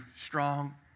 strong